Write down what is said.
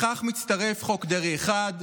לכך מצטרף חוק דרעי 1,